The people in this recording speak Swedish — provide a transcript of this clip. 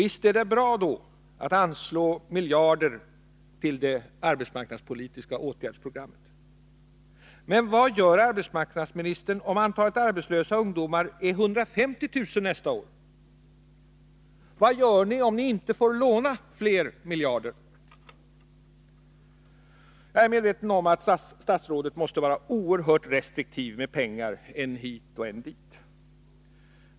Visst är det bra att anslå miljarder till det arbetsmarknadspolitiska åtgärdsprogrammet. Men vad gör arbetsmarknadsministern om antalet arbetslösa ungdomar är 150 000 nästa år? Vad gör ni om ni inte får låna fler miljarder? Jag är medveten om att statsrådet måste vara oerhört restriktiv mot att bevilja pengar än hit och än dit.